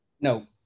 No